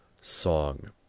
song